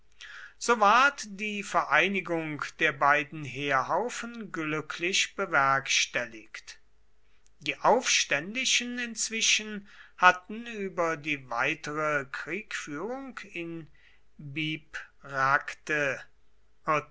so ward die vereinigung der beiden heerhaufen glücklich bewerkstelligt die aufständischen inzwischen hatten über die weitere kriegführung in bibracte